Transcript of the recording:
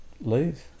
leave